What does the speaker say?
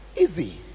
easy